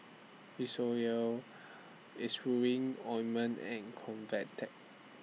Ointment and Convatec